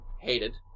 hated